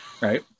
right